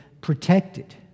protected